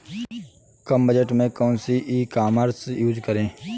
कम budget में कौन सी ई कॉमर्स यूज़ करें?